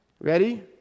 Ready